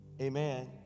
Amen